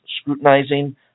scrutinizing